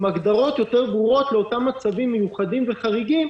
עם הגדרות יותר ברורות לאותם מצבים מיוחדים וחריגים